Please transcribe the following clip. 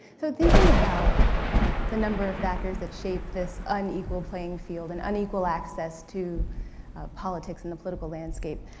so, thinking about the number of factors that shape this unequal playing field, and unequal access to politics and the political landscape.